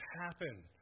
happen